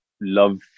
love